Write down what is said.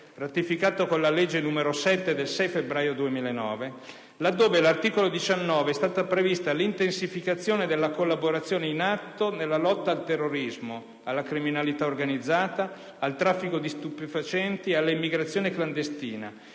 ratificato con la legge 6 febbraio 2009, n. 7, laddove all'articolo 19 è stata prevista l'intensificazione della collaborazione in atto nella lotta al terrorismo, alla criminalità organizzata, al traffico di stupefacenti e all'immigrazione clandestina,